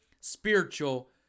spiritual